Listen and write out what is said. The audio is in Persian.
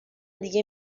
دیگه